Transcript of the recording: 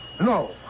No